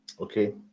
Okay